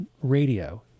Radio